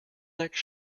next